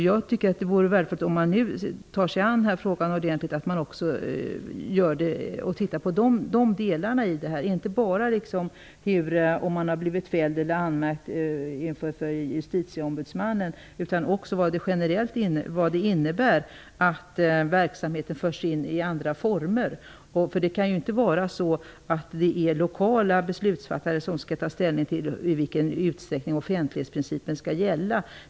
Jag tycker att det vore värdefullt om man, när man nu tar sig an frågan ordentligt, inte bara såg på när någon har blivit fälld eller anmäld för JO utan också på vad det innebär att verksamheter förs in i andra former. Det kan inte vara så att lokala beslutsfattare skall ta ställning till i vilken utsträckning offentlighetsprincipen skall gälla.